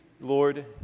Lord